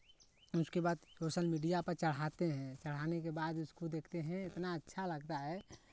उसके बाद social media पर चढ़ाते हैं चढ़ाने के बाद उसको देखते हैं इतना अच्छा लगता है